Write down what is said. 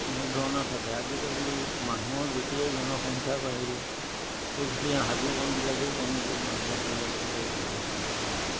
অনেক ধৰণৰ থাকে আজিকালি মানুহৰ যেতিয়াই জনসংখ্যা বাঢ়িলে সেইকাৰণে হাবি বনবিলাকো কমি গ'ল মানুহৰ পৰিয়াল ঘৰ বনাবলৈ ল'লে